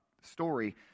story